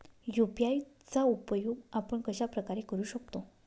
UPI चा उपयोग आपण कशाप्रकारे करु शकतो?